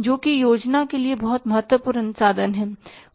जोकि योजना के लिए बहुत मजबूत साधन है